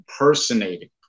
impersonating